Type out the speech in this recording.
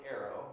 arrow